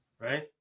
right